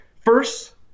first